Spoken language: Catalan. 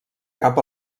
cap